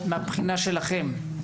מבחינתכם,